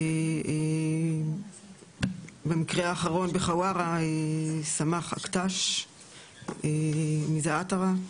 ובמקרה האחרון בחווארה סמאח אקטש מזעתרה.